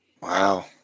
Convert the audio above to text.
Wow